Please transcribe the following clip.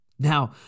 Now